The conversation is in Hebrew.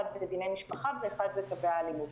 אחד בדיני משפחה ואחד זה קווי האלימות.